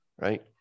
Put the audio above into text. Right